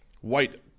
white